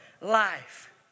life